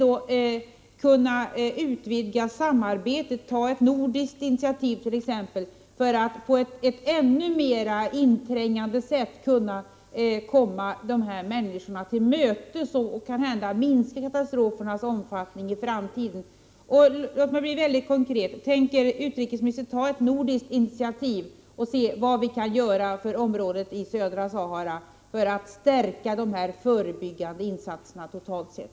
Kan vi t.ex. ta ett nordiskt initiativ för att på ett ännu mera inträngande sätt komma dessa människor till mötes och kanhända minska katastrofernas omfattning i framtiden? Låt mig vara mycket konkret: Tänker utrikesministern medverka till att det tas ett nordiskt initiativ till att undersöka vad vi kan göra för området i södra Sahara för att stärka de förebyggande insatserna totalt sett?